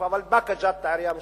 אבל באקה ג'ת כעירייה משותפת,